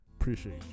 Appreciate